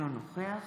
אינו נוכח